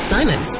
Simon